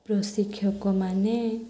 ପ୍ରଶିକ୍ଷକମାନେ